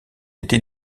été